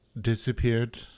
disappeared